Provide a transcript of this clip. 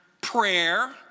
prayer